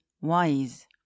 wise